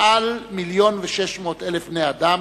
מעל 1.6 מיליון בני-אדם,